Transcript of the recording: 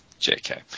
JK